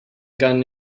gun